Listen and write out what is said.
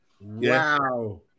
Wow